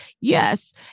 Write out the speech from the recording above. Yes